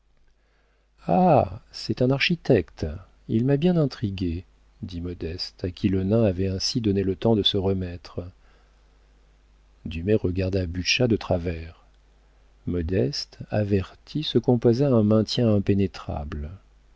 ah c'est un architecte il m'a bien intriguée dit modeste à qui le nain avait ainsi donné le temps de se remettre dumay regarda butscha de travers modeste avertie se composa un maintien impénétrable